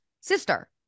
sister